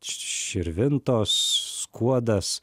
širvintos skuodas